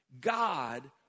God